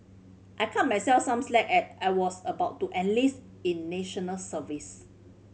I cut myself some slack as I was about to enlist in National Service